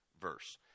verse